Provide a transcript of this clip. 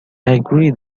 agree